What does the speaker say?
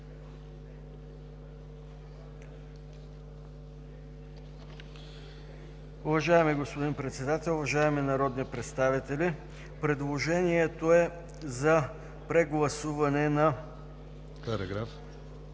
Уважаеми господин Председател, уважаеми народни представители, предложението е за прегласуване на §